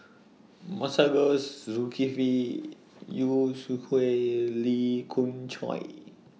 Masagos Zulkifli Yu Lee Khoon Choy